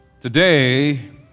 Today